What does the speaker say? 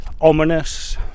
ominous